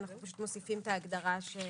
אנחנו פשוט מוסיפים את ההגדרה שמחקנו.